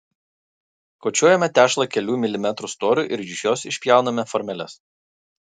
kočiojame tešlą kelių milimetrų storiu ir iš jos išpjauname formeles